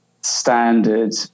standard